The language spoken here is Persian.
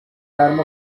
گرم